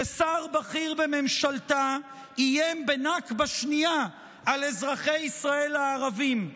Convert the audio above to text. ששר בכיר בממשלתה איים בנכבה שנייה על אזרחי ישראל הערבים,